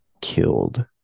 killed